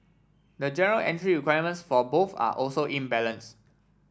the general entry requirements for both are also imbalanced